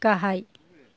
गाहाइ